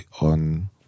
on